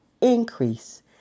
increase